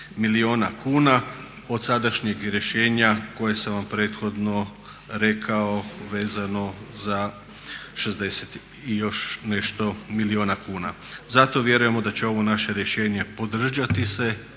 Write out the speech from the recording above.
milijuna kuna od sadašnjeg rješenja koje sam vam prethodno rekao vezano za 60 i još nešto milijuna kuna. Zato vjerujemo da će ovo naše rješenje podržati se